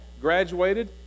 graduated